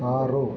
ಆರು